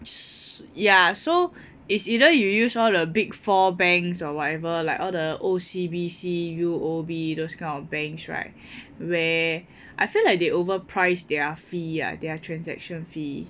ya so it's either you use all the big four banks or whatever like all the O_C_B_C U_O_B those kind of banks right where I feel like they overpriced their fee ah their transaction fee